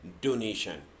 donation